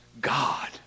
God